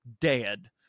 dead